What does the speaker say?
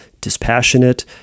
dispassionate